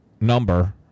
number